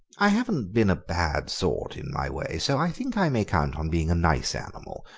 i haven't been a bad sort in my way, so i think i may count on being a nice animal,